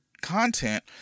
content